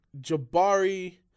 Jabari